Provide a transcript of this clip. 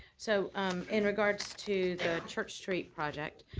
so um in regards to the church street project,